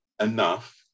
enough